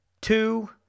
two